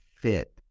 fit